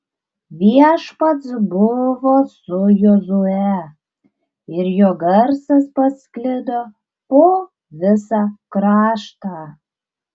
viešpats buvo su jozue ir jo garsas pasklido po visą kraštą